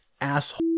asshole